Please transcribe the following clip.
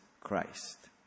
Christ